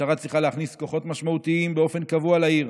המשטרה צריכה להכניס כוחות משמעותיים באופן קבוע לעיר,